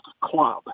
club